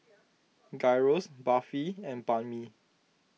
Gyros Barfi and Banh Mi